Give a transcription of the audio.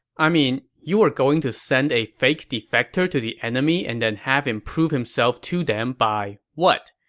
i mean, you were going to send a fake defector to the enemy and then have him prove himself to them by, what?